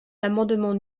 l’amendement